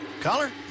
Collar